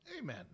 Amen